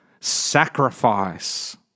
sacrifice